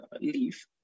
leave